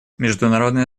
международное